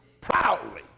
proudly